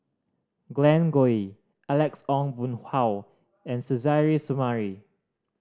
Glen Goei Alex Ong Boon Hau and Suzairhe Sumari